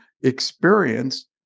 experienced